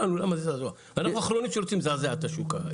אנחנו האחרונים שרוצים לזעזע את השוק.